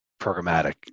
programmatic